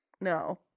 No